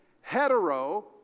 Hetero